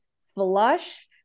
flush